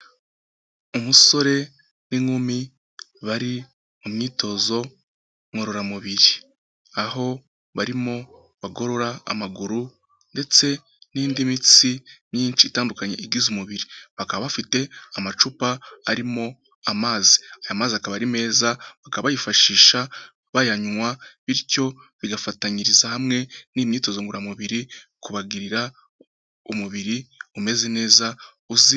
Umusore n'inkumi bari mu myitozo ngororamubiri, aho barimo bagorora amaguru ndetse n'indi mitsi myinshi itandukanye igize umubiri, bakaba bafite amacupa arimo amazi, aya mazi akaba ari meza bakaba bayifashisha bayanywa, bityo bigafatanyiriza hamwe n'iyi myitozo ngororamubiri kubagirira umubiri umeze neza uzi....